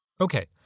Okay